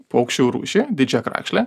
paukščių rūšį didžiąją krakšlę